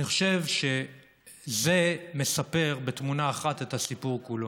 אני חושב שזה מספר בתמונה אחת את הסיפור כולו.